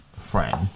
friend